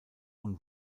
und